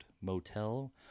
motel